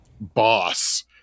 boss